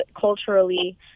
culturally